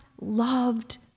loved